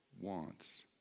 wants